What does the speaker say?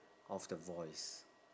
of the voice